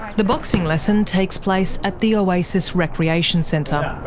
the boxing lesson takes place at the oasis recreation centre.